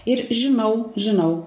ir žinau žinau